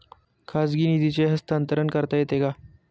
खाजगी निधीचे हस्तांतरण करता येते का?